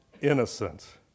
innocent